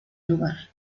lugar